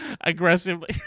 aggressively